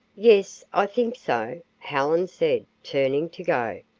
yes, i think so, helen said, turning to go.